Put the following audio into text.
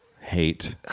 Hate